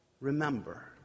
Remember